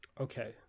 Okay